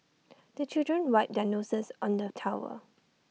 the children wipe their noses on the towel